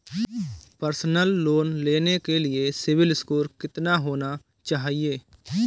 Personal loan लेने के लिए सिबिल स्कोर कितना होना चाहिए?